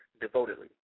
devotedly